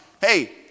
hey